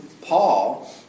Paul